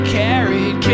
carried